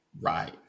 Right